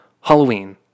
Halloween